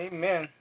Amen